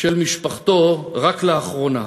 של משפחתו רק לאחרונה.